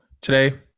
today